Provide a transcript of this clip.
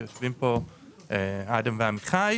שיושבים פה אדם ועמיחי.